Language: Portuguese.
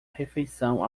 refeição